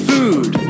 Food